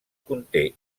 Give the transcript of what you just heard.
conté